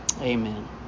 Amen